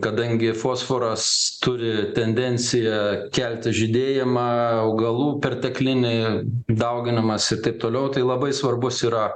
kadangi fosforas turi tendenciją kelti žydėjimą augalų perteklinį dauginimąsi taip toliau tai labai svarbus yra